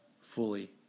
fully